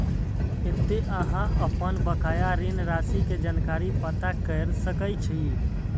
एतय अहां अपन बकाया ऋण राशि के जानकारी पता कैर सकै छी